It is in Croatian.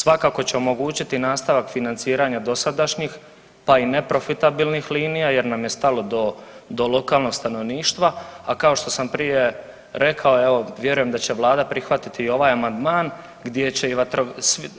Svakako će omogućiti nastavak financiranja dosadašnjih, pa i neprofitabilnih linija jer nam je stalo do, do lokalnog stanovništva, a kao što sam prije rekao, evo vjerujem da će vlada prihvatiti i ovaj amandman gdje će